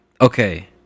okay